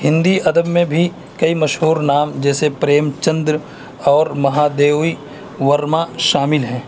ہندی ادب میں بھی کئی مشہور نام جیسے پریم چندر اور مہا دیوی ورما شامل ہیں